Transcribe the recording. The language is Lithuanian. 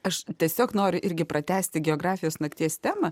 aš tiesiog noriu irgi pratęsti geografijos nakties temą